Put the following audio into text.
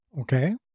Okay